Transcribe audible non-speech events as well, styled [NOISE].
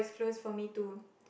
[BREATH]